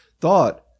thought